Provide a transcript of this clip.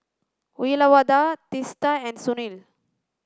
Uyyalawada Teesta and Sunil